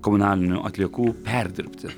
komunalinių atliekų perdirbti